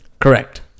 Correct